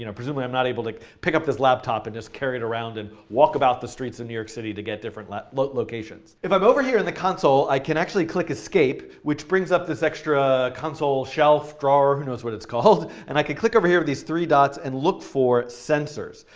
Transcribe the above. you know presumably, i'm not able to pick up this laptop and just carry it around and walk about the streets of new york city to get different locations. if i'm over here in the console, i can actually click escape, which brings up this extra console shelf, drawer, who knows what it's called. and i could click over here with these three dots and look for sensors.